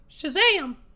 Shazam